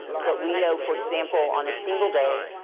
but we know, for example, on a single day,